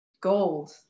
gold